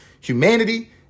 humanity